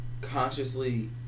consciously